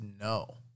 No